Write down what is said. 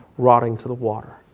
rotting to the water.